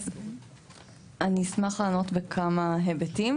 אז אני אשמח לענות בכמה היבטים.